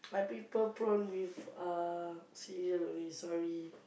I prefer prawn with uh cereal only sorry